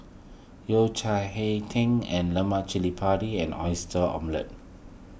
Yao Cai Hei Tang in Lemak Cili Padi and Oyster Omelette